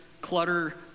clutter